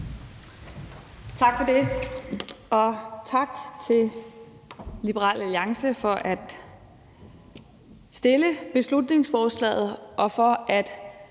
Tak for det, og tak til Liberal Alliance for at fremsætte beslutningsforslaget og for at